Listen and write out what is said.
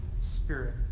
spirit